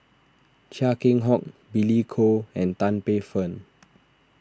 Chia Keng Hock Billy Koh and Tan Paey Fern